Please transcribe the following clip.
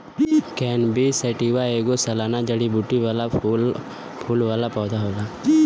cannabis sativa ऐगो सालाना जड़ीबूटी वाला फूल वाला पौधा होला